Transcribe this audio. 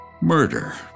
murder